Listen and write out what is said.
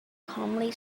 calmly